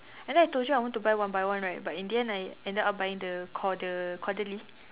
and then I told you I want to buy one by one right but in the end I ended up buying the Cauda~ Caudalie